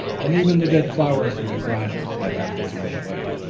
and even the dead flowers in the glasses had not been thrown away.